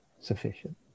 sufficient